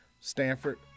Stanford